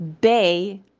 bay